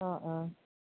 অঁ অঁ